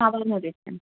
ആ പറഞ്ഞോളൂ